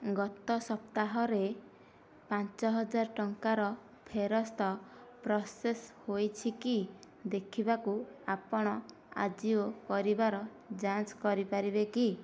ଗତ ସପ୍ତାହରେ ପାଞ୍ଚ ହଜାର ଟଙ୍କାର ଫେରସ୍ତ ପ୍ରସେସ ହୋଇଛିକି ଦେଖିବାକୁ ଆପଣ ଆଜିଓ କରିବାର ଯାଞ୍ଚ କରିପାରିବେ କି